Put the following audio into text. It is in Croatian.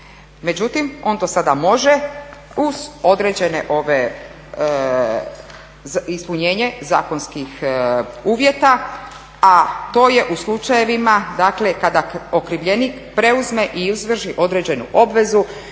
Međutim on to sada može uz određene ove ispunjenje zakonskih uvjeta a to je u slučajevima dakle kada okrivljenik preuzme i izvrši određenu obvezu